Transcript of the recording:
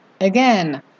Again